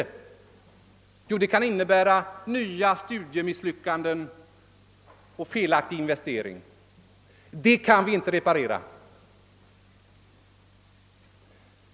Jo, nya studiemisslyckanden och felaktig investering. Detta kan vi inte reparera.